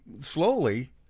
slowly